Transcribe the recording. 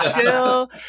chill